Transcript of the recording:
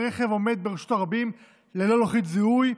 רכב שעומד ברשות הרבים ללא לוחית זיהוי,